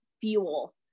fuel